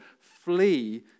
flee